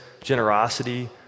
generosity